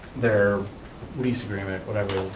their lease agreement, whatever it is.